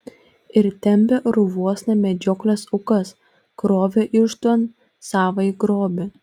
ir tempė urvuosna medžioklės aukas krovė irštvon savąjį grobį